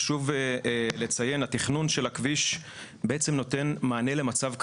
חשוב לציין שהתכנון של הכביש בעצם נותן מענה למצב קיים,